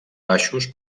baixos